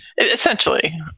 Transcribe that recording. Essentially